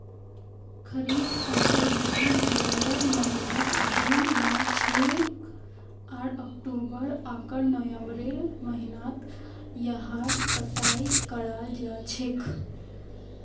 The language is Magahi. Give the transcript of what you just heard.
खरीफ फसल जून जुलाइर महीनात बु न छेक आर अक्टूबर आकर नवंबरेर महीनात यहार कटाई कराल जा छेक